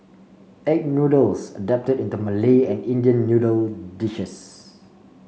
egg noodles adapted into Malay and Indian noodle dishes